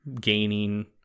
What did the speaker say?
gaining